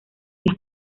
las